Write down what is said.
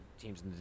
teams